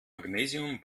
magnesium